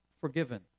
forgiven